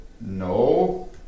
No